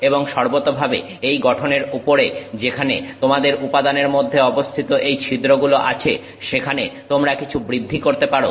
এবং সর্বতোভাবে এই গঠনের উপরে যেখানে তোমাদের উপাদানের মধ্যে অবস্থিত এই ছিদ্রগুলো আছে সেখানে তোমরা কিছু বৃদ্ধি করতে পারো